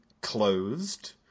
closed